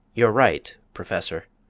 you're right, professor,